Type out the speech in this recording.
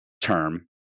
term